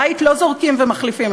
בית לא זורקים ומחליפים,